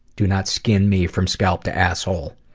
do not skin me from scalp to asshole.